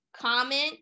comment